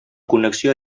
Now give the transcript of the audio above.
connexió